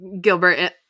Gilbert